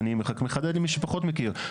אני מחדד למי שפחות מכיר,